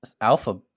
Alpha